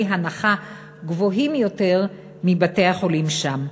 הנחה גבוהים יותר מבתי-החולים שם.